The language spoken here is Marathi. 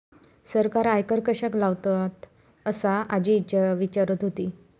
सरकार आयकर कश्याक लावतता? असा आजी विचारत होती